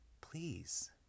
Please